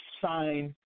sign